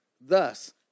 Thus